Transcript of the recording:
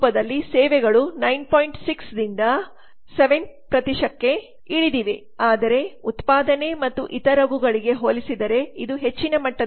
6 ರಿಂದ 7 ಕ್ಕೆ ಇಳಿದಿವೆ ಆದರೆ ಉತ್ಪಾದನೆ ಮತ್ತು ಇತರವುಗಳಿಗೆ ಹೋಲಿಸಿದರೆ ಇದು ಹೆಚ್ಚಿನ ಮಟ್ಟದಲ್ಲಿದೆ